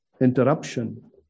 interruption